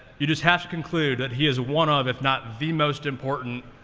you just have to conclude that he is one of, if not the most important,